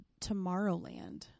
Tomorrowland